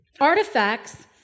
Artifacts